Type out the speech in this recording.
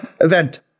event